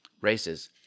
races